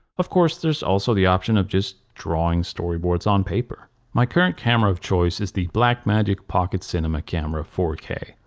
of course there's also the option of just drawing storyboards on paper. my current camera of choice is the blackmagic pocket cinema camera four k.